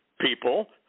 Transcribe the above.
people